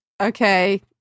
Okay